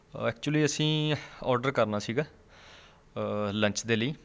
actually ਅਸੀਂ order ਕਰਨਾ ਸੀਗਾ ਲੰਚ ਦੇ ਲਈ